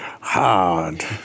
hard